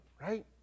Right